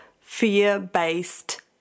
fear-based